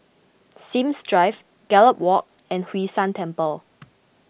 Sims Drive Gallop Walk and Hwee San Temple